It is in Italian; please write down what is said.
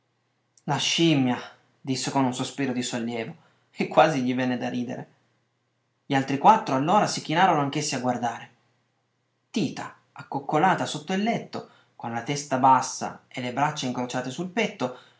la scimmia disse con un sospiro di sollievo e quasi gli venne di ridere gli altri quattro allora si chinarono anch'essi a guardare tita accoccolata sotto il letto con la testa bassa e le braccia incrociate sul petto